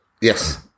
Yes